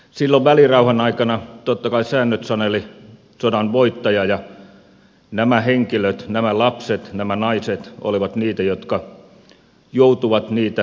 silloin välirauhan aikana totta kai säännöt saneli sodan voittaja ja nämä henkilöt nämä lapset nämä naiset olivat niitä jotka joutuivat pahiten kärsimään